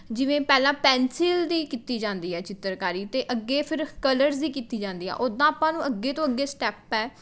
ਜਿਵੇਂ ਪਹਿਲਾਂ ਪੈਨਸਿਲ ਦੀ ਕੀਤੀ ਜਾਂਦੀ ਹੈ ਚਿੱਤਰਕਾਰੀ ਅਤੇ ਅੱਗੇ ਫਿਰ ਕਲਰਸ ਦੀ ਕੀਤੀ ਜਾਂਦੀ ਹੈ ਓਦਾਂ ਆਪਾਂ ਨੂੰ ਅੱਗੇ ਤੋਂ ਅੱਗੇ ਸਟੈਪ ਹੈ